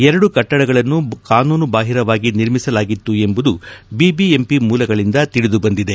ಎರಡು ಕಟ್ಟಡಗಳನ್ನು ಕಾನೂನುಬಾಹಿರವಾಗಿ ನಿರ್ಮಿಸಲಾಗಿತ್ತು ಎಂಬುದು ಬಿಬಿಎಂಪಿ ಮೂಲಗಳಿಂದ ತಿಳಿದುಬಂದಿದೆ